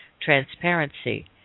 transparency